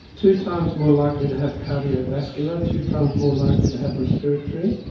two times more likely to have cardiovascular, two times more likely to have respiratory,